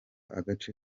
agace